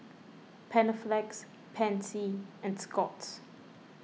Panaflex Pansy and Scott's